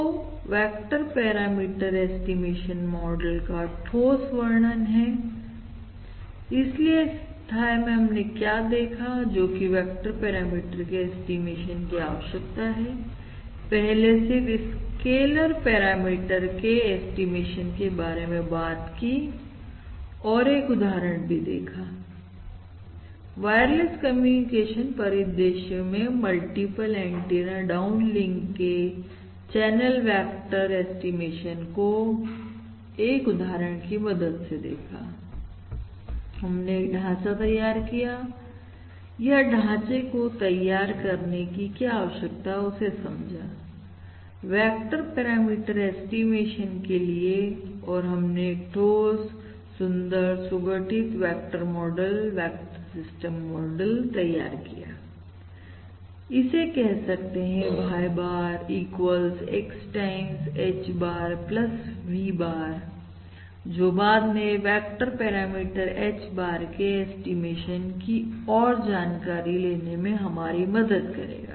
तो vector parameter estimation model का ठोस वर्णन है और इसलिए अध्याय में हमने क्या देखा जोकि वेक्टर पैरामीटर के ऐस्टीमेशन की क्या आवश्यकता है पहले सिर्फ स्केलर पैरामीटर के ऐस्टीमेशन के बारे में बात की और एक उदाहरण भी देखा वायरलेस कम्युनिकेशन परिदृश्य में मल्टीपल एंटीना डाउन लिंक के चैनल वेक्टर ऐस्टीमेशन को एक उदाहरण की मदद से देखा हमने एक ढांचा तैयार किया या ढांचे को तैयार करने की क्या आवश्यकता है उसे समझा वेक्टर पैरामीटर ऐस्टीमेशन के लिए और हमने एक ठोस सुंदर सुगठित vector model vector system model तैयार किया इसे कह सकते हैं Y bar equals X times H bar V barजो बाद में वेक्टर पैरामीटर H bar के ऐस्टीमेशन की और जानकारी लेने में हमारी मदद करेगा